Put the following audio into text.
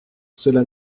cela